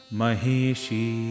Maheshi